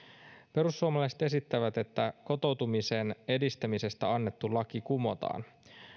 perussuomalaiset esittävät että kotoutumisen edistämisestä annettu laki kumotaan